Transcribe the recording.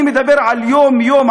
אני מדבר על יום-יום,